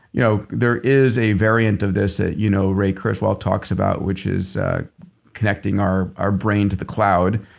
you know there is a variant of this that you know ray kurzweil talks about which is connecting our our brain to the cloud,